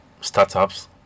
startups